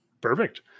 Perfect